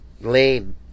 lane